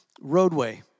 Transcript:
roadway